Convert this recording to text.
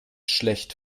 schlecht